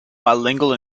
bilingual